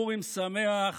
פורים שמח